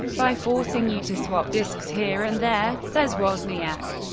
by forcing you to swap disks here and there, says wozniak.